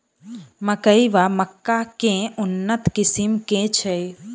मकई वा मक्का केँ उन्नत किसिम केँ छैय?